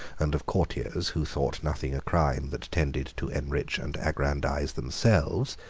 and of courtiers who thought nothing a crime that tended to enrich and aggrandise themselves,